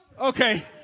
Okay